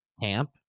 camp